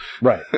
Right